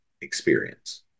experience